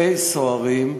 כאיש מדים,